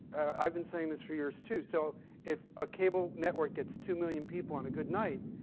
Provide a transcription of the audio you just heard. i've been saying this for years too, so if a cable network gets two million people on a good night,